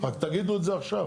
רק תגידו את זה עכשיו.